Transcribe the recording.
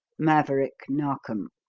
maverick narkom.